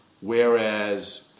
Whereas